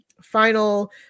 final